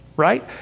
right